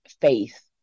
faith